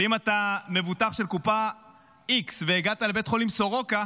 ואם אתה מבוטח של קופה איקס והגעת לבית החולים סורוקה,